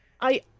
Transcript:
I-